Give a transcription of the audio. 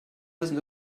listen